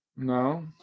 No